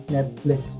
Netflix